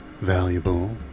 valuable